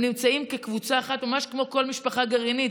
הם נמצאים כקבוצה אחת, ממש כמו כל משפחה גרעינית.